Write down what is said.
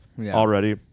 already